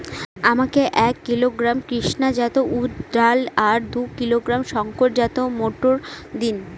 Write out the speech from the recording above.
আমাকে এক কিলোগ্রাম কৃষ্ণা জাত উর্দ ডাল আর দু কিলোগ্রাম শঙ্কর জাত মোটর দিন?